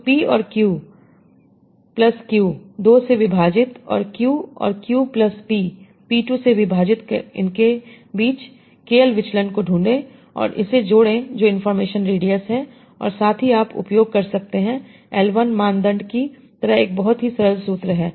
तो p और p plus q 2 से विभाजित और q और q प्लस p p 2 से विभाजित इनके बीच KL विचलन को ढूंढें और इसे जोड़ें जो इंफॉर्मेशन रेडियस है और साथ ही आप उपयोग कर सकते हैं L1 मानदंड की तरह एक बहुत ही सरल सूत्र है